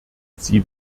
sie